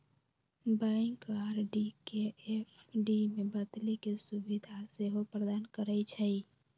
bank RD के FD में बदले के सुभीधा सेहो प्रदान करइ छइ